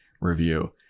review